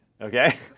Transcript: Okay